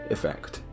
Effect